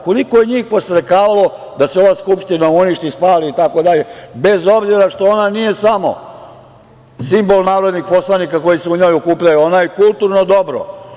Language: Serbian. Koliko je njih podstrekavalo da se ova Skupština uništi, spali, itd, bez obzira što ona nije samo simbol narodnih poslanika koji se u njoj okupljaju, ona je i kulturno dobro.